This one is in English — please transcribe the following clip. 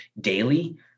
daily